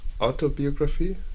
autobiography